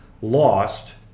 lost